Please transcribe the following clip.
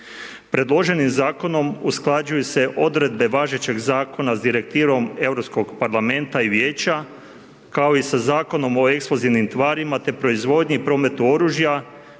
Predloženim zakonom usklađuju se odredbe važećeg zakona s direktivom Europskog parlamenta i Vijeća kao i sa Zakonom o eksplozivnim tvarima te proizvodnji i prometu oružja